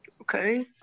okay